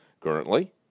Currently